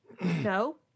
No